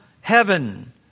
heaven